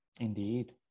Indeed